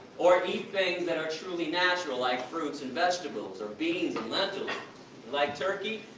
or eat things that are truly natural, like fruits and vegetables or beans and lentils. you like turkey?